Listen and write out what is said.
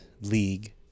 league